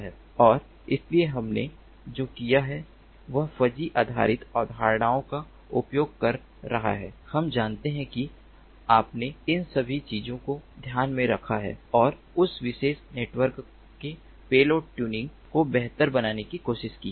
और इसलिए हमने जो कुछ किया है वह फजी आधारित अवधारणाओं का उपयोग कर रहा है हम जानते हैं कि आपने इन सभी चीजों को ध्यान में रखा है और उस विशेष नेटवर्क के पेलोड ट्यूनिंग को बेहतर बनाने की कोशिश की है